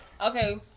okay